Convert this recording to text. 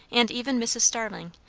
and even mrs. starling,